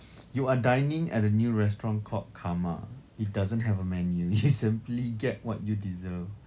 you are dining at a new restaurant called karma it doesn't have a menu you simply get what you deserve